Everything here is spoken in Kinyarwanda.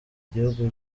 gihugu